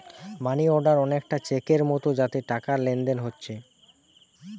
মানি order অনেকটা চেকের মতো যাতে টাকার লেনদেন হোচ্ছে